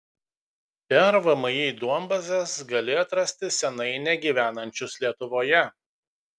per vmi duombazes gali atrasti senai negyvenančius lietuvoje